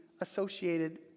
associated